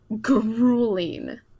grueling